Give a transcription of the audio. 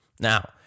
Now